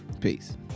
peace